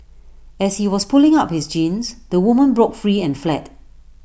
as he was pulling up his jeans the woman broke free and fled